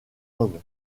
homme